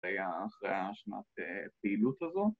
‫אחרי השנת פעילות הזו.